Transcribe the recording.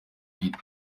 bwite